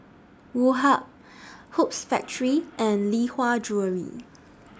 Woh Hup Hoops Factory and Lee Hwa Jewellery